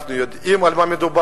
אנחנו יודעים על מה מדובר.